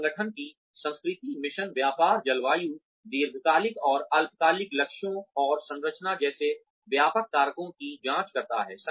जो संगठन की संस्कृति मिशन व्यापार जलवायु दीर्घकालिक और अल्पकालिक लक्ष्यों और संरचना जैसे व्यापक कारकों की जांच करता है